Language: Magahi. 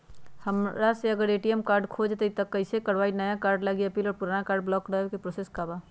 हमरा से अगर ए.टी.एम कार्ड खो जतई तब हम कईसे करवाई नया कार्ड लागी अपील और पुराना कार्ड ब्लॉक करावे के प्रोसेस का बा?